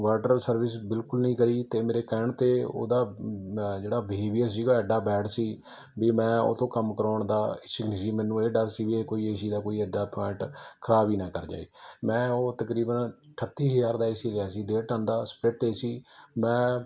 water service ਬਿਲਕੁਲ ਨਹੀਂ ਕਰੀ ਅਤੇ ਮੇਰੇ ਕਹਿਣ 'ਤੇ ਉਹਦਾ ਜਿਹੜਾ ਬਿਹੇਵੀਅਰ ਸੀਗਾ ਐਡਾ ਬੈਡ ਸੀ ਵੀ ਮੈਂ ਉਹ ਤੋਂ ਕੰਮ ਕਰਵਾਉਣ ਦਾ ਮੈਨੂੰ ਇਹ ਡਰ ਸੀ ਵੀ ਇਹ ਕੋਈ ਏ ਸੀ ਦਾ ਕੋਈ ਇੱਦਾਂ ਪੁਆਇੰਟ ਖਰਾਬ ਹੀ ਨਾ ਕਰ ਜਾਵੇ ਮੈਂ ਉਹ ਤਕਰੀਬਨ ਅਠੱਤੀ ਹਜ਼ਾਰ ਦਾ ਏ ਸੀ ਲਿਆ ਸੀ ਡੇਟ ਟਨ ਦਾ ਸਪਲਿਟ ਏ ਸੀ ਮੈਂ